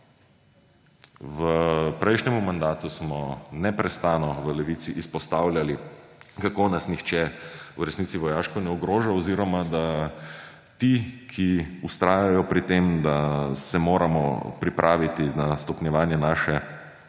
V prejšnjem mandatu smo neprestano v Levici izpostavljali, kako nas nihče v resnici vojaško ne ogroža oziroma da ti, ki vztrajajo pri tem, da se moramo pripraviti na stopnjevanje svoje